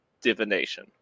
divination